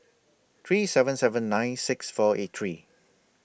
three seven seven nine six four eight three